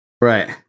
Right